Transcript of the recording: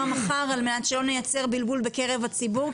מחר על מנת שלא נייצר בלבול בקרב הציבור.